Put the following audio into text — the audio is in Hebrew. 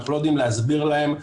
אנחנו לא יודעים להסביר להם,